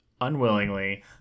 unwillingly